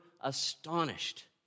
astonished